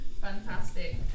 Fantastic